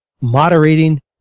moderating